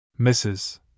Mrs